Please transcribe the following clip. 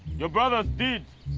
your brothers did.